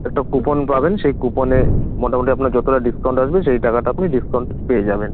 একটা কুপন পাবেন সেই কুপনে মোটামোটি আপনার যতটা ডিসকাউন্ট আসবে সেই টাকাটা আপনি ডিসকাউন্ট পেয়ে যাবেন